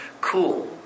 cool